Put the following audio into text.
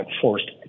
forced